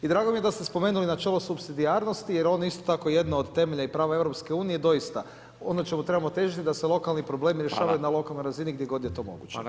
I drago mi je da ste spomenuli načelo supsidijarnosti, jer oni isto tako jedno od temelja i prava EU, doista ono o čemu trebamo težiti, da se lokalni problemi rješavaju na lokalnoj razini gdje god je to moguće.